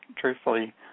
truthfully